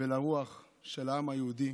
ולרוח של העם היהודי